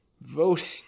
voting